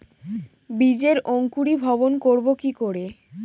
বীজের অঙ্কোরি ভবন করব কিকরে?